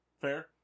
Fair